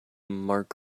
mark